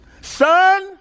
Son